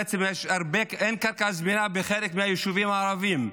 בעצם אין קרקע זמינה בחלק מהיישובים הערביים,